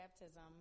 baptism